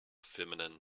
feminine